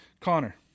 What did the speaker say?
connor